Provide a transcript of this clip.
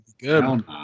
Good